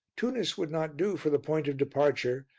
tunis would not do for the point of departure,